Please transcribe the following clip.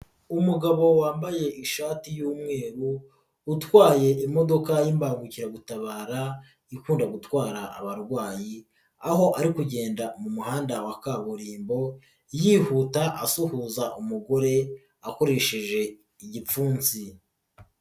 Umugabo wambaye ishati y'umweru utwaye imodoka y'imbangukiragutabara ikunda gutwara abarwayi aho ari kugenda mu muhanda wa kaburimbo yihuta asuhuza umugore akoresheje igipfunsi.